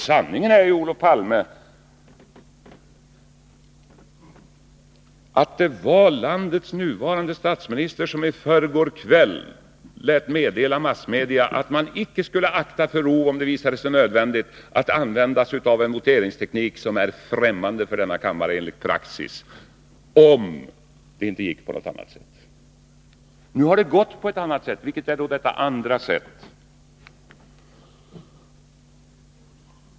Sanningen är ju, Olof Palme, att det var landets nuvarande statsminister som i förrgår kväll lät meddela massmedia att man icke skulle akta för rov att använda sig av en voteringsteknik som är främmande för denna kammare enligt praxis, om det icke gick på något annat sätt. Nu har det gått på ett annat sätt. Vilket är då detta andra sätt?